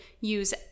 use